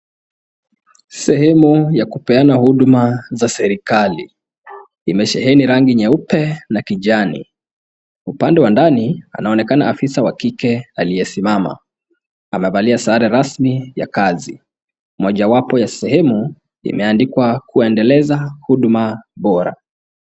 Sehemu ya kupeana huduma za serikali. Imesheheni rangi nyeupe na kijani. Upande wa ndani, anaonekana afisa wa kike aliyesimama. Amevalia sare rasmi ya kazi. Mojawapo ya sehemu imeandikwa, kuendeleza huduma bora.